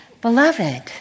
Beloved